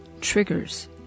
triggers